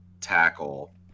tackle